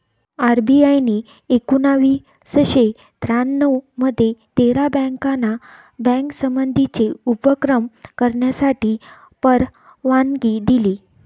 RBI ने एकोणावीसशे त्र्यानऊ मध्ये तेरा बँकाना बँक संबंधीचे उपक्रम करण्यासाठी परवानगी दिली